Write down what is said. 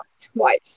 twice